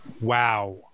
Wow